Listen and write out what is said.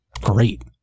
great